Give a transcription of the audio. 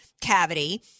cavity